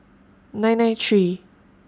nine nine three